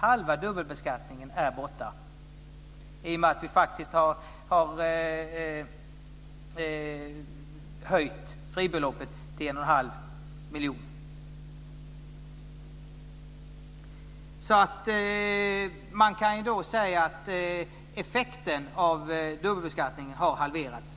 Halva sambeskattningen är borta i och med att vi faktiskt har höjt fribeloppet till 1 1⁄2 miljon. Man kan då säga att effekten av sambeskattningen har halverats.